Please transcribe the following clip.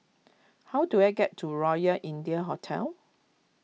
how do I get to Royal India Hotel